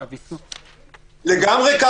לגמרי.